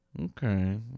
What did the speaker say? Okay